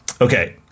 Okay